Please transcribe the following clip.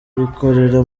rikorera